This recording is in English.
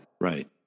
right